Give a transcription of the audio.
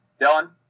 Dylan